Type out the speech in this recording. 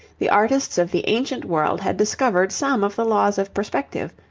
the artists of the ancient world had discovered some of the laws of perspective,